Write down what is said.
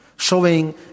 Showing